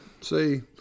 See